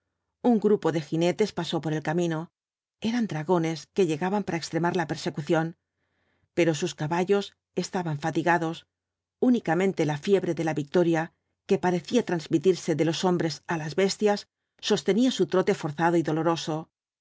un grupo de jinetes pasó por el camino eran dragones que llegaban para extremar la persecución pero sus caballos estaban fatigados únicamente la fiebre de la victoria que parecía transmitirse de los hombres á las bestias sostenía su trote forzado y doloroso